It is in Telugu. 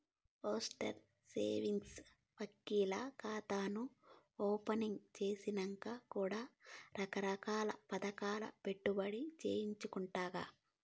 పోస్టల్ సేవింగ్స్ బాంకీల్ల కాతాను ఓపెనింగ్ సేసినంక కూడా రకరకాల్ల పదకాల్ల పెట్టుబడి సేయచ్చంటగా